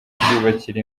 kwiyubakira